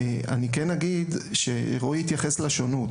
אני כן אגיד שרועי התייחס לשונות,